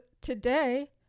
today